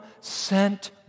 sent